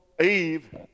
Eve